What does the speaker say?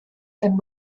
and